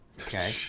Okay